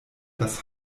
das